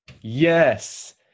yes